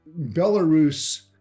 Belarus